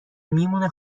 میمونه